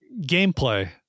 gameplay